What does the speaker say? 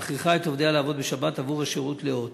המכריחה את עובדיה לעבוד בשבת עבור השירות ל"הוט".